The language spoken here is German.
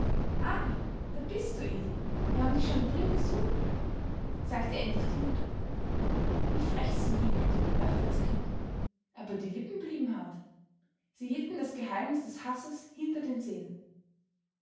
da bist du edi wir haben dich schon drin gesucht sagte endlich die mutter wie frech sie lügt dachte das kind aber die lippen blieben hart sie hielten das geheimnis des hasses hinter den zähnen